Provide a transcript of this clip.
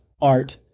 art